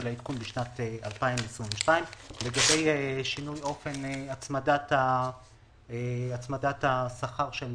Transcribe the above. העדכון בשנת 2022. לגבי שינוי אופן הצמדת השכר של